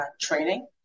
training